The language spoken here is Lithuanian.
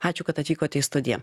ačiū kad atvykote į studiją